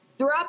throughout